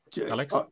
Alex